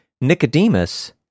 Nicodemus